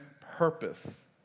purpose